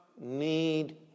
need